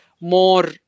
more